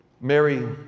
Mary